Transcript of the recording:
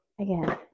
Again